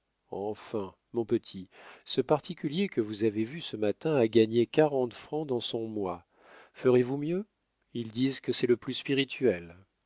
enfin mon petit ce particulier que vous avez vu ce matin a gagné quarante francs dans son mois ferez-vous mieux ils disent que c'est le plus spirituel